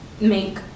make